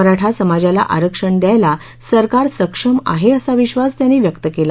मराठा समाजाला आरक्षण द्यायला सरकार सक्षम आहे असा विधास त्यांनी व्यक्त केला